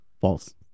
false